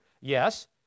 Yes